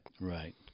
Right